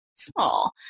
small